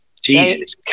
Jesus